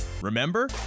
remember